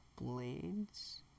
Blades